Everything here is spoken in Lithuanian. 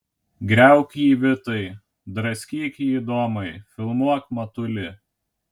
griauk jį vitai draskyk jį domai filmuok matuli